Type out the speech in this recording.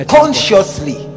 consciously